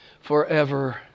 forever